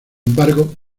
embargo